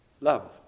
love